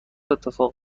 اتفاق